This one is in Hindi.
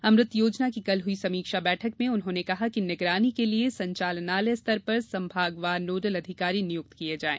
अमृत योजना की कल हुई समीक्षा बैठक में उन्होंने कहा कि मॉनीटरिंग के लिए संचालनालय स्तर पर संभागवार नोडल अधिकारी नियुक्त किये जायें